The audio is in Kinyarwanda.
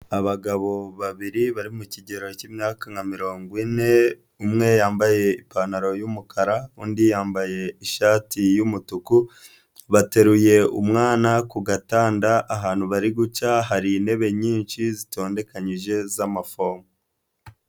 Abagabo babiri bari mu kigero cy'imyaka nka mirongo ine, umwe yambaye ipantaro y'umukara, undi yambaye ishati y'umutuku, bateruye umwana ku gatanda, ahantu bari gucya hari intebe nyinshi zitondekanyije z'amafomo.